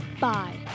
Bye